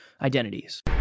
identities